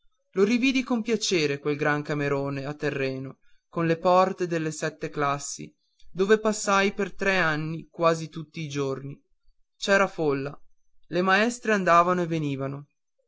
lo rividi con piacere quel grande camerone a terreno con le porte delle sette classi dove passai per tre anni quasi tutti i giorni c'era folla le maestre andavano e venivano